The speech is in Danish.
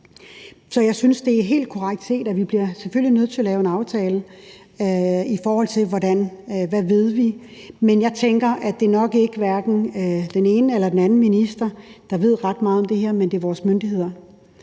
Så jeg synes, det er helt korrekt set, at vi selvfølgelig bliver nødt til at lave en aftale, i forhold til hvad vi ved, men jeg tænker, at det nok hverken er den ene eller den anden minister, der ved ret meget om det her – det er vores myndigheder.